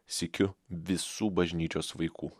sykiu visų bažnyčios vaikų